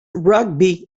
rugby